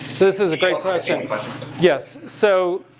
this is a great question. yes. so